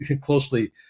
closely